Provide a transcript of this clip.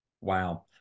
Wow